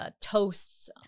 toasts